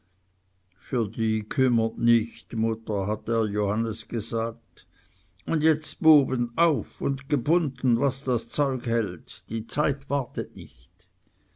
für die kümmert nicht mutter hat der johannes gesagt und jetzt buben auf und gebunden was das zeug hält die zeit wartet nicht